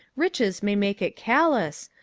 riches may make it callous,